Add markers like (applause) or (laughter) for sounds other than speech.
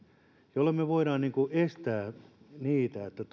jolloin me voimme estää niitä tilanteita että (unintelligible)